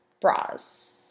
bras